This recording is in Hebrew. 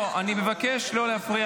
לא, אני מבקש לא להפריע.